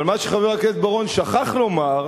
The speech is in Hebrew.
אבל מה שחבר הכנסת בר-און שכח לומר,